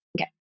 Okay